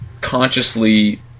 consciously